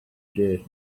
days